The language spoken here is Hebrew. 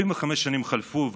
75 שנים חלפו,